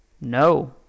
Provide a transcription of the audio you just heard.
No